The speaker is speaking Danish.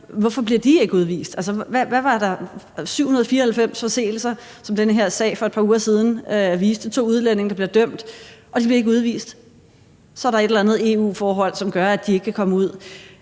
de ikke bliver udvist. Der var 794 forseelser, som den her sag for et par uger siden viste. Der er to udlændinge, der bliver dømt, og de bliver ikke udvist. Så er der et eller andet EU-forhold, som gør, at de ikke kan sendes ud.